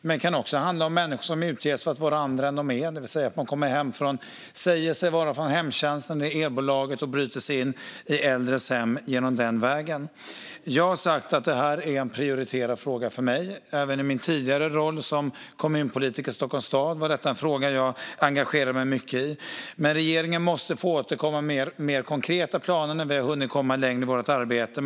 Men det kan också handla om människor som utger sig för att vara andra än de är, det vill säga att de säger sig vara från hemtjänsten eller elbolaget och tar sig in i äldres hem den vägen. Jag har sagt att detta är en prioriterad fråga för mig. Även i min tidigare roll som kommunpolitiker i Stockholms stad var detta en fråga som jag engagerade mig mycket i. Regeringen måste få återkomma med mer konkreta planer när vi har hunnit komma längre i vårt arbete.